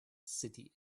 city